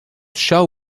shall